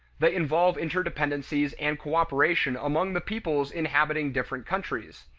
they involve interdependencies and cooperation among the peoples inhabiting different countries.